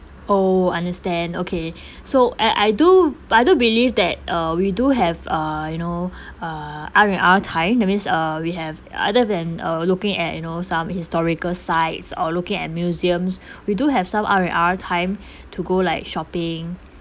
oh understand okay so uh I do I do believe that uh we do have uh you know uh R&R time that means uh we have other than uh looking at you know some historical sites or looking at museums we do have some R&R time to go like shopping